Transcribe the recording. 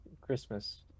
Christmas